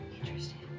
interesting